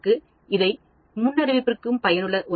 அதை இது முன்னறிவிப்புக்கும் பயனுள்ள ஒன்று